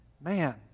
man